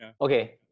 Okay